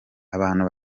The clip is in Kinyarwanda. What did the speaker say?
abantu